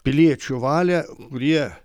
piliečių valią kurie